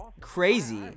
crazy